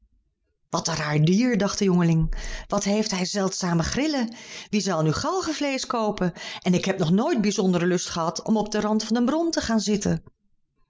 wat een raar dier dacht de jongeling wat heeft hij zeldzame grillen wie zal nu galgenvleesch koopen en ik heb nog nooit bijzondere lust gehad om op den rand van een bron te gaan zitten